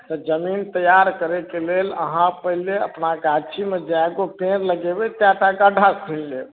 तऽ जमीन तैआर करै कऽ लेल अहाँ पहिले अपना गाछीमे जकाँ ओ पेड़ लगायब तै गड्ढा खुनि लेब